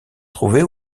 trouvait